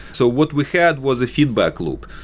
so what we had was a feedback loop.